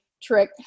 trick